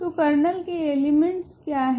तो कर्नल के एलिमेंटस क्या है